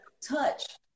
touch